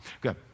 good